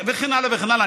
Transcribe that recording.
וכן הלאה וכן הלאה,